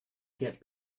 get